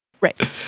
Right